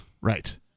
Right